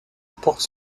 porte